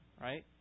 Right